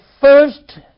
first